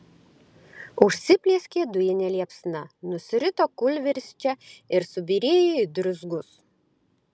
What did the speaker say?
užsiplieskė dujine liepsna nusirito kūlvirsčia ir subyrėjo į druzgus